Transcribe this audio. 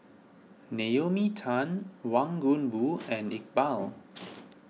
Naomi Tan Wang Gungwu and Iqbal